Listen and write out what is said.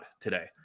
today